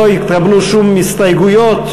לא התקבלו שום הסתייגויות,